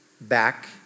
back